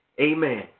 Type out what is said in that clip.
amen